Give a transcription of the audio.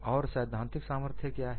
और सैद्धांतिक सामर्थ्य क्या है